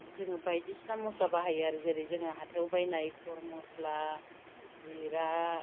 जोङो बायदिसिना मस्ला बाहायो आरो जेरै जोङो हाथायाव बायनाय गरम मस्ला जिरा